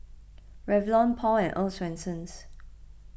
Revlon Paul and Earl's Swensens